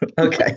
okay